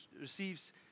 receives